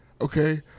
Okay